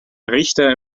richter